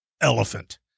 Elephant